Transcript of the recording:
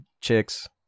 chicks